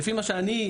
כמובן.